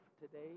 today